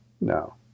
no